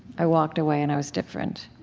i walked away, and i was different.